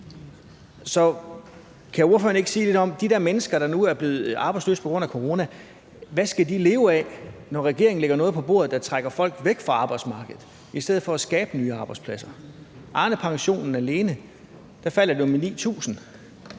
Så kan ordføreren ikke sige lidt om, hvad de der mennesker, der nu er blevet arbejdsløse på grund af corona, skal leve af, når regeringen lægger noget på bordet, der trækker folk væk fra arbejdsmarkedet i stedet for at skabe nye arbejdspladser. Arnepensionen alene giver et fald på 9.000.